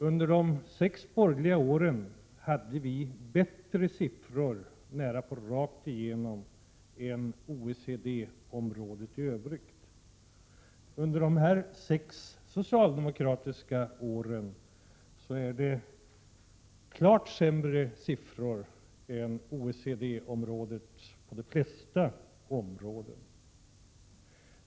Under de sex borgerliga åren hade vi bättre siffror nästan över lag än OECD-området i övrigt. Under de senaste sex socialdemokratiska åren har vi klart sämre siffror än OECD-området som helhet på de flesta områden.